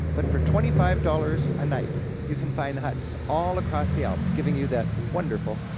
but for twenty five dollars a night, you can find huts all across the alps giving you that wonderful,